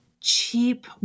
cheap